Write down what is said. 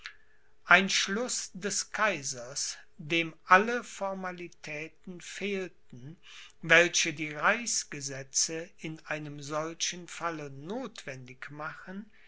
ein schluß des kaisers dem alle formalitäten fehlten welche die reichsgesetze in einem solchen falle nothwendig machen